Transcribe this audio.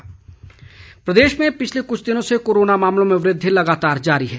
corona प्रदेश प्रदेश में पिछले कुछ दिनों से कोरोना मामलों में वृद्धि लगातार जारी है